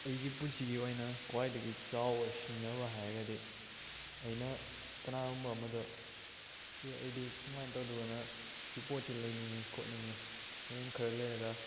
ꯑꯩꯒꯤ ꯄꯨꯟꯁꯤꯒꯤ ꯑꯣꯏꯅ ꯈ꯭ꯋꯥꯏꯗꯒꯤ ꯆꯥꯎꯕ ꯁꯤꯡꯅꯕ ꯍꯥꯏꯔꯒꯗꯤ ꯑꯩꯅ ꯀꯅꯥꯒꯨꯝꯕ ꯑꯃꯗ ꯑꯦ ꯑꯩꯗꯤ ꯁꯨꯃꯥꯏꯅ ꯇꯧꯗꯕꯅ ꯁꯤ ꯄꯣꯠꯁꯤ ꯂꯩꯅꯤꯡꯏ ꯈꯣꯠꯅꯤꯡꯏ ꯍꯌꯦꯡ ꯈꯔ ꯂꯩꯔꯒ